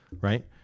right